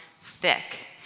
thick